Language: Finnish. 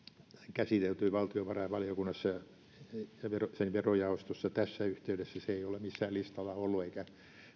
käsitelty valtiovarainvaliokunnassa ja sen verojaostossa tässä yhteydessä se ei ole missään listalla ollut eikä